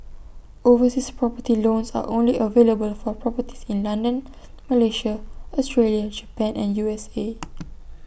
overseas property loans are only available for properties in London Malaysia Australia Japan and U S A